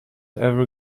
every